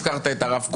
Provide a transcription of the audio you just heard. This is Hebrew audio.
הזכרת את הרב קוק.